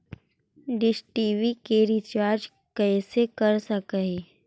Dish TV के recharge कैसे कर सक हिय?